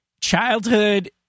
childhood